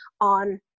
on